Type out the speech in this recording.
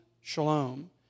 shalom